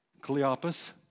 Cleopas